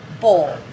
bowl